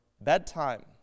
bedtime